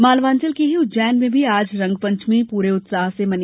मालवांचल के ही उज्जैन में भी आज रंगपंचमी पूरे उत्साह से मनी